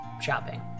shopping